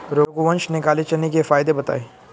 रघुवंश ने काले चने के फ़ायदे बताएँ